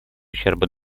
ущерба